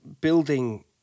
building